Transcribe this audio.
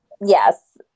Yes